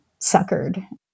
suckered